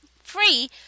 free